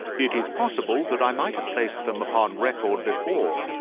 it is possible that i might have placed them upon record before,